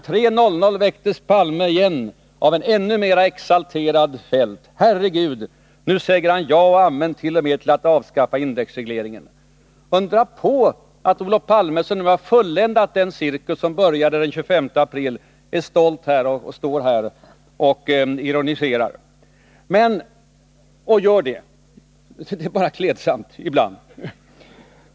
03.00 väcktes Palme igen, av en ännu mer exalterad Feldt: — Herregud, nu säger han ja och amen till och med till att avskaffa indexregleringen!” Det är inte att undra på att Olof Palme, som nu har fulländat den cirkus som började den 25 april, är stolt och står här och ironiserar. Gör gärna det, det är bara klädsamt — ibland.